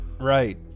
Right